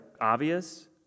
obvious